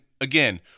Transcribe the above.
again